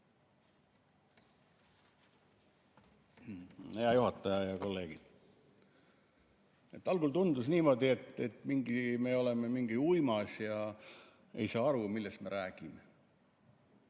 Hea juhataja ja kolleegid! Algul tundus niimoodi, et me oleme mingis uimas ja ei saa aru, millest me räägime.